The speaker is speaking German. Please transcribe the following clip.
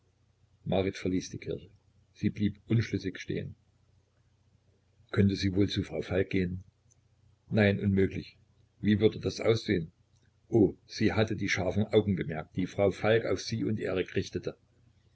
marit verließ die kirche sie blieb unschlüssig stehen könnte sie wohl zu frau falk gehn nein unmöglich wie würde das aussehn oh sie hatte die scharfen augen bemerkt die frau falk auf sie und erik richtete